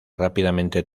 rápidamente